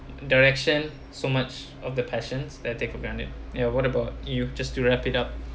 direction so much of the passions that take for granted ya what about you just to wrap it up